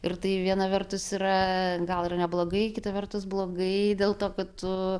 ir tai viena vertus yra gal ir neblogai kita vertus blogai dėl to kad tu